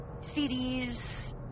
CDs